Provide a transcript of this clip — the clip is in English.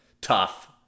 tough